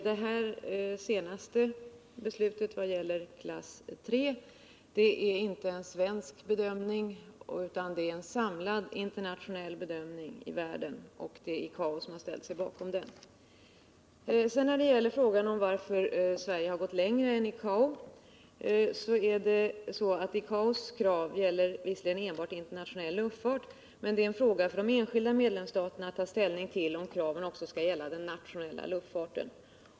Det senaste beslutet vad gäller klass 3 vilar inte på en svensk bedömning utan på en samlad internationell bedömning som ICAO har ställt sig bakom. Per Gahrton frågar varför Sverige har gått längre än ICAO. ICAO:s krav gäller visserligen enbart internationell luftfart, men det är en fråga för de enskilda medlemsstaterna att ta ställning till om kraven också skall gälla den nationella luftfarten.